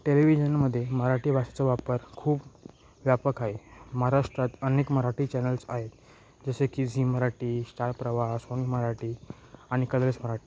टेलिव्हिजनमध्ये मराठी भाषेचा वापर खूप व्यापक आहे महाराष्ट्रात अनेक मराठी चॅनल्स आहेत जसे की Zee Marathi Star Pravah Sony Marathi आणि कलर्स मराठी